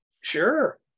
Sure